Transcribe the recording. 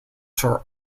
sir